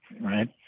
Right